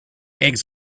eggs